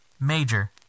major